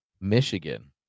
Michigan